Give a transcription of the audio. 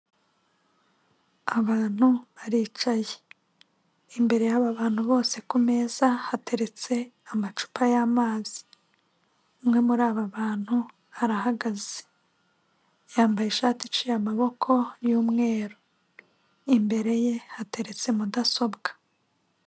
Abantu baricaye, imbere y'aba bantu bose ku meza hateretse amacupa y'amazi. Umwe muri aba bantu arahagaze, yambaye ishati iciye amaboko y'umweru, imbere ye hateretse mudasobwa.